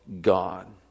God